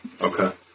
Okay